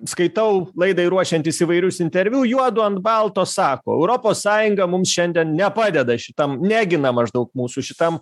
skaitau laidai ruošiantis įvairius interviu juodu ant balto sako europos sąjunga mums šiandien nepadeda šitam negina maždaug mūsų šitam